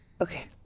Okay